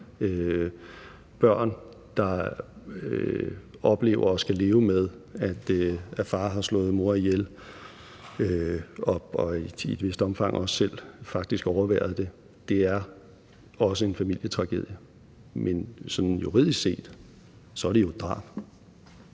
børn oplever og skal leve med, at far har slået mor ihjel, og i et vist omfang også selv faktisk overværede det, er også en familietragedie. Men sådan juridisk set er det jo et drab.